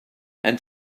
and